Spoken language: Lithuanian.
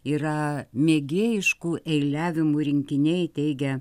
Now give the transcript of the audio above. yra mėgėjiškų eiliavimų rinkiniai teigia